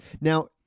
Now